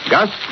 Gus